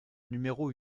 numéro